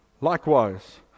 Likewise